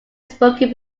spoken